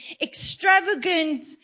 extravagant